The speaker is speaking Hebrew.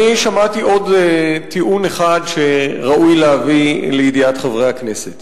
שמעתי עוד טיעון אחד שראוי להביא לידיעת חברי הכנסת.